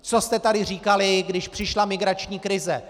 Co jste tady říkali, když přišla migrační krize?